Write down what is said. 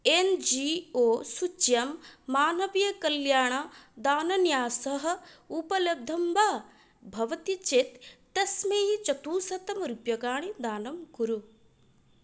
N G O सूच्यां मानवीयकल्याणदानन्यासः उपलब्धं वा भवति चेत् तस्मै चतुश्शतं रूप्यकाणि दानं कुरु